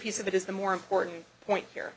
piece of it is the more important point here